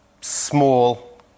small